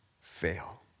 fail